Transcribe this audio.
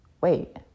wait